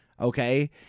Okay